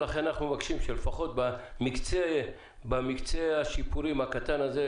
לכן אנחנו מבקשים שלפחות במקצה השיפורים הקטן הזה,